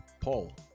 Paul